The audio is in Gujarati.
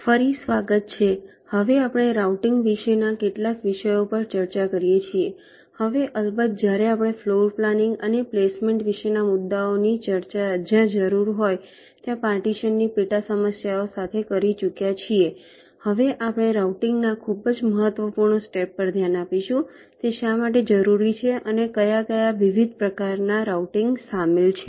ફરી સ્વાગત છે હવે આપણે રાઉટીંગ વિશેના કેટલાક વિષયો પર ચર્ચા કરીએ છીએ હવે અલબત્ત જ્યારે આપણે ફ્લોર પ્લાનિંગ અને પ્લેસમેન્ટ વિશેના મુદ્દાઓની ચર્ચા જ્યાં જરૂર હોય ત્યાં પાર્ટીશનની પેટા સમસ્યા સાથે કરી ચૂક્યા છીએ હવે આપણે રાઉટીંગના ખૂબ જ મહત્વપૂર્ણ સ્ટેપ પર ધ્યાન આપીશું તે શા માટે જરૂરી છે અને કયા કયા વિવિધ પ્રકારના રાઉટીંગ સામેલ છે